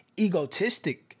egotistic